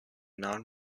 non